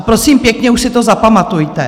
Prosím pěkně, už si to zapamatujte.